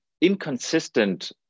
inconsistent